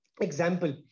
example